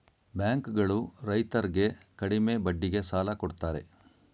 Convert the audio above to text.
bank ಗಳು ರೈತರರ್ಗೆ ಕಡಿಮೆ ಬಡ್ಡಿಗೆ ಸಾಲ ಕೊಡ್ತಾರೆ